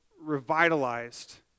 revitalized